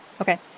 Okay